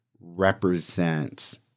represents